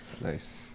nice